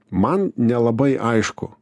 man nelabai aišku